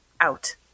out